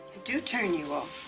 do turn you off